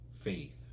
Faith